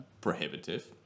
prohibitive